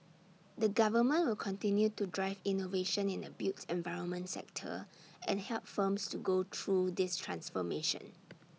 the government will continue to drive innovation in the built environment sector and help firms to go through this transformation